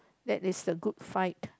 that is a Good Fight